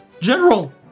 General